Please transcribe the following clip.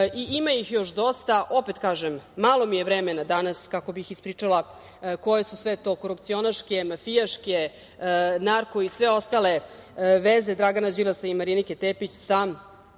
Ima ih još dosta. Opet kažem, malo mi je vremena danas kako bih ispričala koje su sve to korupcionaške, mafijaške, narko i sve ostale veze Dragana Đilasa i Marinike Tepić sa